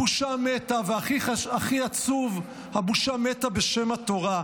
הבושה מתה, והכי עצוב, הבושה מתה בשם התורה.